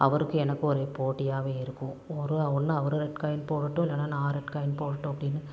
அவருக்கும் எனக்கும் ஒரு ஒரே போட்டியாகவே இருக்கும் ஒரு ஒன்று அவர் ரெட் காயின் போடட்டும் இல்லைனா நான் ரெட் காயின் போடட்டும் அப்படினு